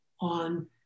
on